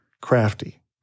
crafty